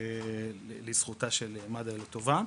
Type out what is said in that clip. יאמר לזכותה של מד"א לטובה.